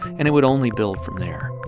and it would only build from there.